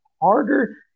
harder